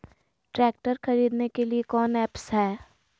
Tractor खरीदने के लिए कौन ऐप्स हाय?